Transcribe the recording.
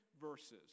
verses